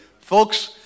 Folks